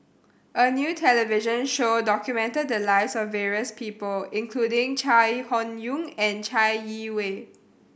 a new television show documented the lives of various people including Chai Hon Yoong and Chai Yee Wei